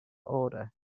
order